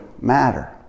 matter